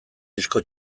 disko